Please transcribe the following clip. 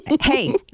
Hey